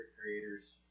creators